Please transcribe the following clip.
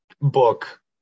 book